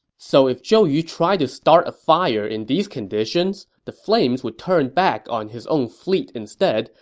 so if zhou yu tried to start a fire in these conditions, the flames would turn back on his own fleet instead,